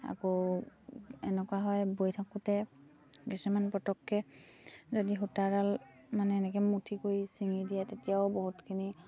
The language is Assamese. আকৌ এনেকুৱা হয় বৈ থাকোঁতে কিছুমান পটককে যদি সূতাডাল মানে এনেকে মুঠি কৰি চিঙি দিয়ে তেতিয়াও বহুতখিনি